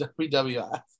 WWF